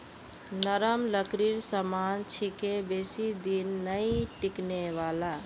नरम लकड़ीर सामान छिके बेसी दिन नइ टिकने वाला